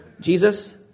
Jesus